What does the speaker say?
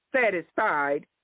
satisfied